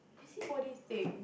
busybody thing